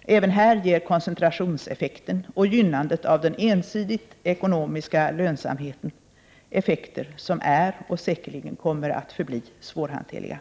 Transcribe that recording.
Även här ger koncentrationen och gynnandet av den ensidigt ekonomiska lönsamheten effekter som är och säkerligen kommer att förbli svårhanterliga.